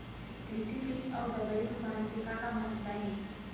कृषि बीज अउ दवई दुकान के का महत्ता हे?